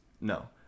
No